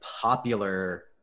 popular